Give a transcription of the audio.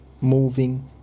moving